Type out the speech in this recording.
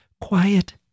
quiet